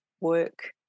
work